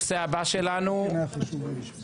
הצעת חוק מועצת עורכי הדין בישראל,